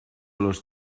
los